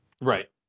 Right